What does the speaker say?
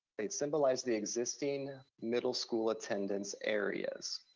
they symbolize the existing middle school attendance areas.